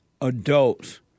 adults